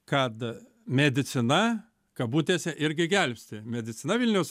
kad medicina kabutėse irgi gelbsti medicina vilniaus